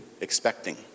expecting